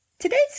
Today's